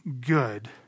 good